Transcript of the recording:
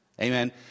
Amen